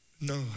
no